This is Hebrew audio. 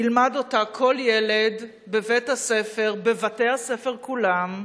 ילמד אותה כל ילד בבית-הספר, בבתי-הספר כולם,